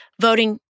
voting